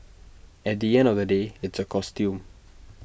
at the end of the day it's A costume